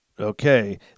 Okay